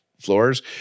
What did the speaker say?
floors